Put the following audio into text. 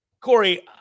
Corey